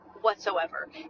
whatsoever